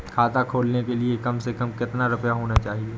खाता खोलने के लिए कम से कम कितना रूपए होने चाहिए?